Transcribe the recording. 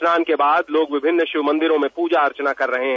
स्नान के बाद लोग विभिन्न शिव मंदिरों में पूजा अर्चना कर रहे हैं